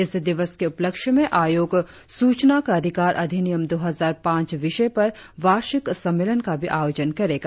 इस दिवस के उपलक्ष्य में आयोग सूचना का अधिकार अधिनियम दो हजार पांच विषय पर वार्षिक सम्मेलन का भी आयोजन करेगा